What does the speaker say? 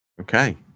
Okay